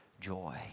joy